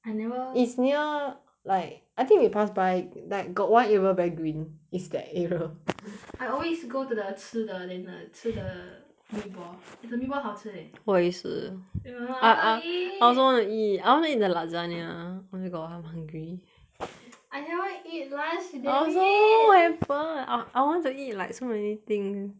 I never is near like I think we pass by like got one area very green is that area I always go to the 吃的 then the 吃 the meatball eh the meatball 好吃 eh 我也是 I want to eat I also want to eat I want to eat the lasagna oh my god I'm hungry I haven't eat lunch today eat I also I want to eat like so many things